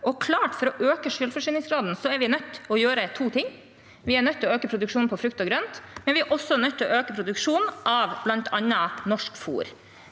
at for å øke selvforsyningsgraden er vi nødt til å gjøre to ting: Vi er nødt til å øke produksjonen av frukt og grønt, og er vi nødt til å øke produksjonen av bl.a. norsk fôr.